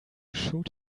shoot